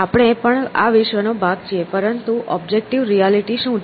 આપણે પણ આ વિશ્વનો ભાગ છીએ પરંતુ ઓબ્જેક્ટિવ રિયાલિટી શું છે